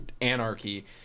anarchy